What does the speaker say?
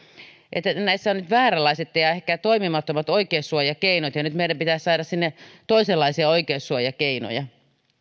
että näissä on nyt vääränlaiset ja ehkä toimimattomat oikeussuojakeinot ja nyt meidän pitäisi saada sinne toisenlaisia oikeussuojakeinoja